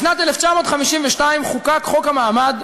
בשנת 1952 חוקק חוק המעמד,